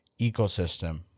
ecosystem